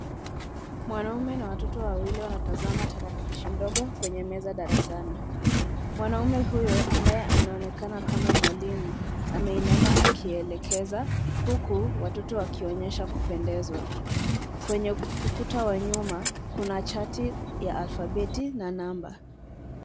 Mwanaume na watoto wawili wanatazama tarakilishi ndogo kwenye meza darasani. Mwanaume huyu ambaye anaonekana kama mwalimu, ameinama akielekeza huku watoto wakionyesha kupendezwa. Kwenye ukuta wa nyuma kuna chati ya alfabeti na namba.